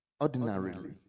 ordinarily